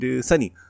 Sunny